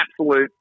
absolute